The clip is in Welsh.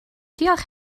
diolch